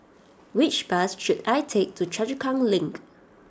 which bus should I take to Choa Chu Kang Link